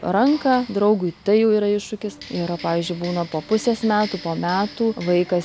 ranką draugui tai jau yra iššūkis ir pavyzdžiui būna po pusės metų po metų vaikas